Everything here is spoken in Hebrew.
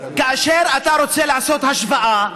כאשר רוצים לעשות השוואה,